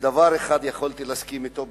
ובדבר אחד יכולתי להסכים אתו,